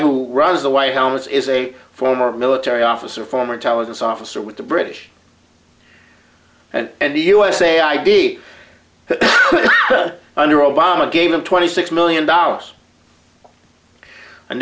who runs the white house is a former military officer former intelligence officer with the british and and the usa id that under obama gave him twenty six million dollars a